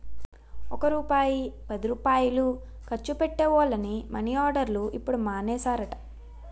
ఒక్క రూపాయి పదిరూపాయలు ఖర్చు పెట్టే వోళ్లని మని ఆర్డర్లు ఇప్పుడు మానేసారట